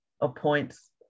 appoints